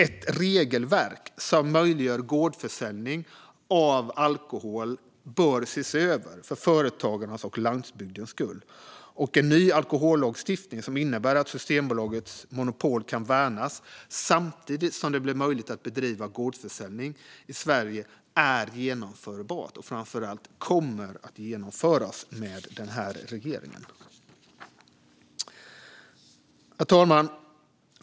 Ett regelverk som möjliggör gårdsförsäljning av alkohol bör ses över för företagarnas och landsbygdens skull. En ny alkohollagstiftning som innebär att Systembolagets monopol kan värnas samtidigt som det blir möjligt att bedriva gårdsförsäljning i Sverige är genomförbar och kommer framför allt att genomföras med denna regering. Herr talman!